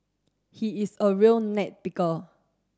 he is a real neck picker